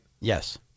Yes